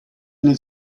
nel